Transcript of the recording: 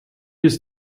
ist